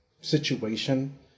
situation